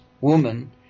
woman